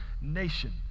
nation